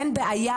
אין בעיה,